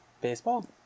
Baseball